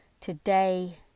today